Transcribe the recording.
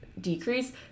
decrease